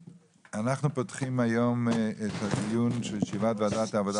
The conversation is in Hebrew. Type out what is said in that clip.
אנחנו פותחים היום את הדיון של ישיבת ועדת העבודה